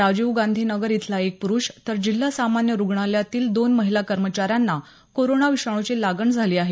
राजीव गांधी नगर इथला एक प्रुष तर जिल्हा सामान्य रुग्णालयातील दोन महिला कर्मचाऱ्यांना कोरोना विषाणूची लागण झाली आहे